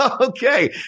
Okay